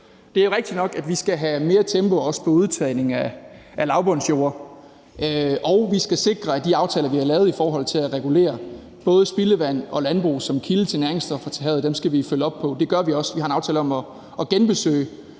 Det er rigtigt nok, at vi skal have mere tempo på, også på udtagning af lavbundsjorder, og vi skal sikre, at de aftaler, vi har lavet i forhold til at regulere både spildevand og landbrug som kilde til næringsstoffer til havet, skal vi følge op på. Det gør vi også, for vi har en aftale om at genbesøge